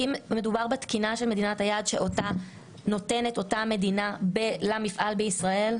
אם מדובר בתקינה של מדינת היעד שנותנת אותה מדינה למפעל בישראל,